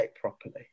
properly